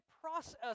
process